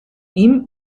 ihm